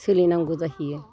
सोलिनांगौ जाहैयो